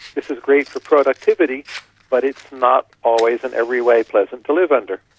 this is great for productivity but it's not always in every way pleasant to live under.